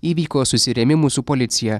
įvyko susirėmimų su policija